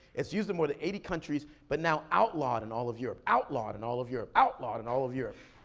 it's used in more than eighty countries, but now outlawed in all of europe. outlawed in all of europe. outlawed in all of europe!